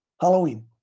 Halloween